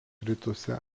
rytuose